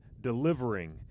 delivering